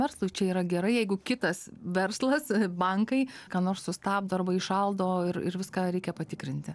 verslui čia yra gerai jeigu kitas verslas bankai ką nors sustabdo arba įšaldo ir ir viską reikia patikrinti